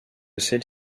celle